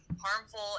harmful